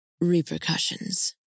repercussions